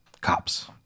cops